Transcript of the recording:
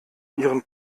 ihren